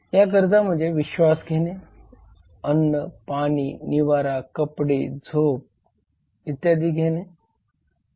या गरजा म्हणजे श्वास घेणे अन्न पाणी निवारा कपडे झोप घेणे इत्यादी आहेत